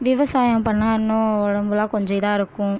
விவசாயம் பண்ணிணா இன்னும் உடம்புலாம் கொஞ்சம் இதாக இருக்கும்